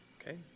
okay